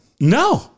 No